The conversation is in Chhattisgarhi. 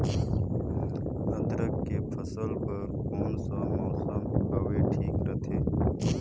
अदरक के फसल बार कोन सा मौसम हवे ठीक रथे?